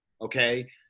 okay